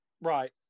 Right